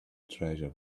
treasure